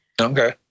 Okay